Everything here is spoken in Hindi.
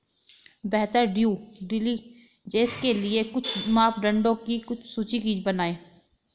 बेहतर ड्यू डिलिजेंस के लिए कुछ मापदंडों की सूची बनाएं?